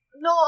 no